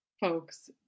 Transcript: folks